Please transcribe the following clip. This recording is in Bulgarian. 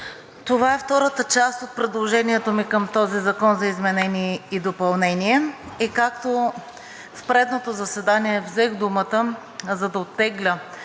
Това е втората част от предложението ми към този Закон за изменение и допълнение и както в предното заседание взех думата, за да оттегля